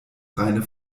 reine